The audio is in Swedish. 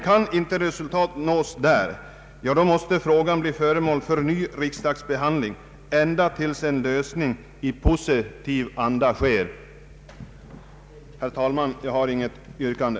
Kan inte resultat nås där, måste frågan bli föremål för en ny riksdagsbehandling ända tills en lösning i positiv anda uppnås. Herr talman! Jag har inget yrkande.